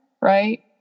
right